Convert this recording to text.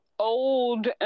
old